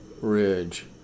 ridge